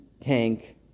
tank